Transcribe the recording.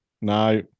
No